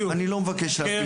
לא, אני לא מבקש להפיל.